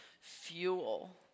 fuel